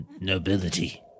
Nobility